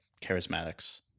charismatics